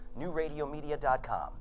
NewRadioMedia.com